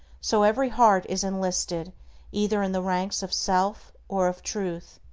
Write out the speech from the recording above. so every heart is enlisted either in the ranks of self or of truth.